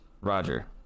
Roger